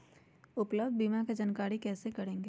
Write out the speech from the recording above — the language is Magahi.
उपलब्ध बीमा के जानकारी कैसे करेगे?